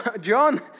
John